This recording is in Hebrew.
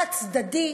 חד-צדדי,